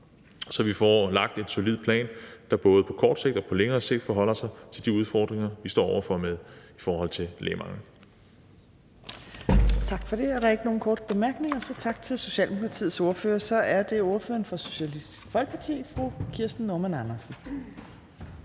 så vi får lagt en solid plan, der både på kort sigt og på længere sigt forholder sig til de udfordringer, vi står over for i forhold til lægemanglen.